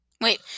wait